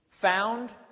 found